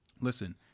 listen